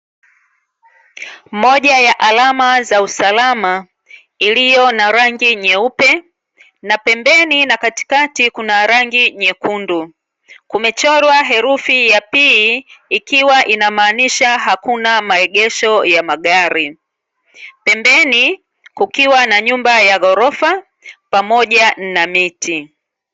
Moja ya alama ya usalama iliyo na rangi nyeupe na pembeni na katikati Kuna rangi nyekundu ,kumechorwa herufi ya p ikiwa inaamaanisha hakuna maegesho ya magari . pembeni kukiwa na nyumba ya gorofa pamoja na miti .